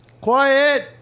Quiet